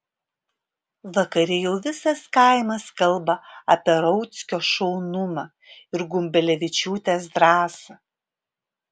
vakare jau visas kaimas kalba apie rauckio šaunumą ir gumbelevičiūtės drąsą